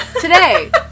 today